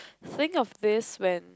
saying of this when